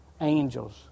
angels